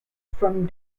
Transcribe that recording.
from